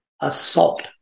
assault